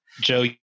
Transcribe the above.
Joe